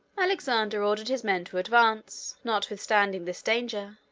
alexander ordered his men to advance, notwithstanding this danger.